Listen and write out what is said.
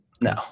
No